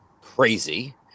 crazy